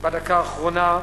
בדקה האחרונה,